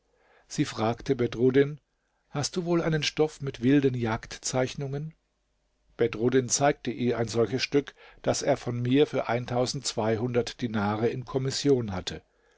sie fragte bedruddin hast du wohl einen stoff mit wilden jagdzeichnungen bedruddin zeigte ihr ein solches stück das er von mir für dinare in kommission hatte